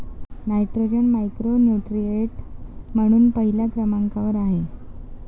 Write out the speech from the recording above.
nitrogen macronutrient म्हणून पहिल्या क्रमांकावर आहे